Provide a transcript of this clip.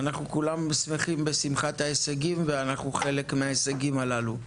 כולנו שמחים בשמחת ההישגים ואנחנו חלק מההישגים הללו.